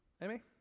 Amy